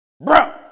bro